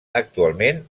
actualment